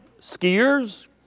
skiers